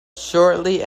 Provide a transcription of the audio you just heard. shortly